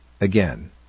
Again